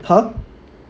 !huh!